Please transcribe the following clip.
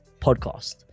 podcast